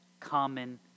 common